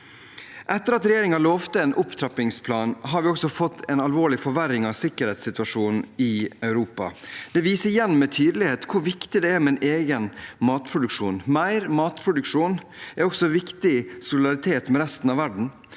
Etter at regjeringen lovte en opptrappingsplan, har vi også fått en alvorlig forverring av sikkerhetssituasjonen i Europa. Det viser igjen med tydelighet hvor viktig det er med en egen matproduksjon. Mer matproduksjon er også viktig solidaritet med resten av verden.